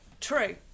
true